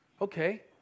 Okay